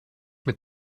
mit